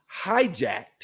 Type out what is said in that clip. hijacked